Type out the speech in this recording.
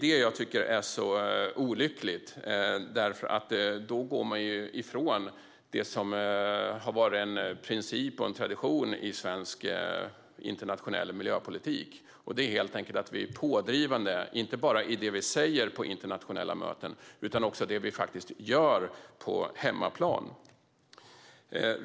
Det är olyckligt eftersom man då går från det som har varit en princip och en tradition i svensk internationell miljöpolitik, nämligen att vara pådrivande inte bara i det vi säger på internationella möten utan också i det vi faktiskt gör på hemmaplan.